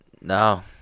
No